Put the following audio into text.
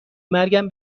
مرگم